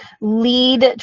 lead